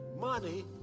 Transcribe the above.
money